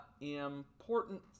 important